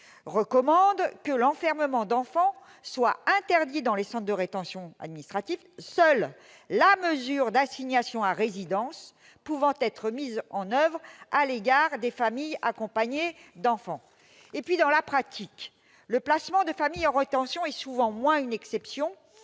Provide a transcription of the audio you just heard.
recommande que l'enfermement d'enfants soit interdit dans les centres de rétention administrative », précisant que « seule la mesure d'assignation à résidence [peut] être mise en oeuvre à l'égard des familles accompagnées d'enfants ». Dans la pratique, le placement de familles en rétention est souvent moins une exception